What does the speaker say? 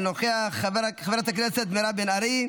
אינו נוכח, חברת הכנסת מירב בן ארי,